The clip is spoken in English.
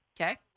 Okay